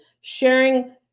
sharing